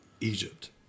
Egypt